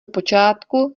počátku